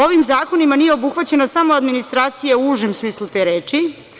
Ovim zakonima samo nije obuhvaćena administracija u užem smislu te reči.